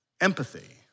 empathy